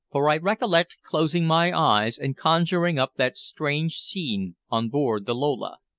for i recollect closing my eyes and conjuring up that strange scene on board the lola.